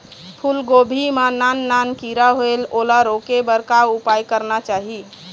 फूलगोभी मां नान नान किरा होयेल ओला रोके बर का उपाय करना चाही?